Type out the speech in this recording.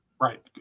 Right